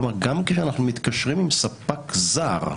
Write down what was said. כלומר, גם שאנחנו מתקשרים עם ספק זר,